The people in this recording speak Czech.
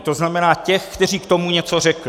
To znamená těch, kteří k tomu něco řekli.